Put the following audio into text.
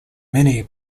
many